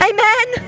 Amen